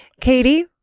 Katie